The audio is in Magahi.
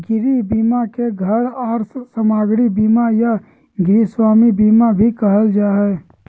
गृह बीमा के घर आर सामाग्री बीमा या गृहस्वामी बीमा भी कहल जा हय